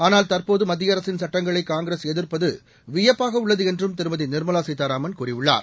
ஆனால் தற்போது மத்திய அரசின் சட்டங்களை காங்கிரஸ் எதிர்ப்பது வியப்பாக உள்ளது என்றும் திருமதி நிர்மலா சீதாராமன் கூறினார்